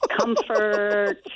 comfort